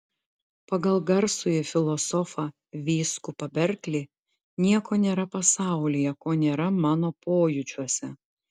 pagal garsųjį filosofą vyskupą berklį nieko nėra pasaulyje ko nėra mano pojūčiuose